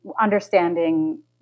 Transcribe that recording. understanding